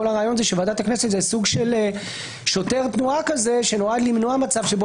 כל הרעיון הוא שוועדת הכנסת זה סוג של שוטר תנועה שנועד למנוע מצב שבו